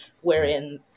wherein